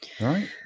Right